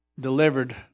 delivered